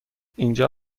اینجا